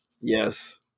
yes